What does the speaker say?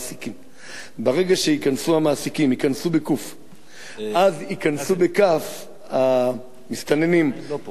ברגע שייקנסו המעסיקים אז ייכנסו המסתננים למקומות המיועדים.